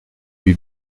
lui